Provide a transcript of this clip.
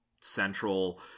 central